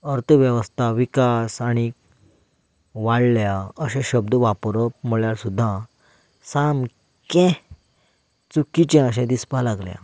अर्थवेवस्था विकास आनी वाडल्या अशे शब्द वापरप म्हणल्यार सुद्दां सामकें चुकीचें अशें दिसपाक लागलां